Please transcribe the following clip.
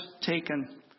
taken